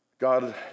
God